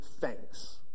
thanks